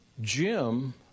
Jim